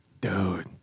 dude